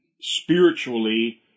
spiritually